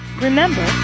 Remember